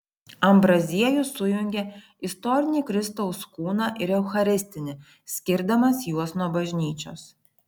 ambraziejus sujungia istorinį kristaus kūną ir eucharistinį skirdamas juos nuo bažnyčios